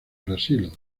brasil